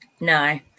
no